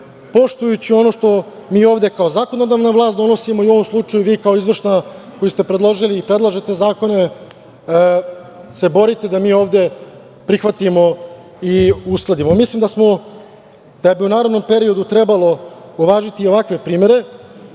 poštujući ono što mi kao zakonodavna vlast donosimo i u ovom slučaju vi kao izvršna, koji ste predložili i predlažete zakone, se borite da mi ovde prihvatimo i uskladimo. Mislim da bismo u narednom periodu trebalo uvažiti i ovakve primere.